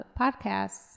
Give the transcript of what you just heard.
podcasts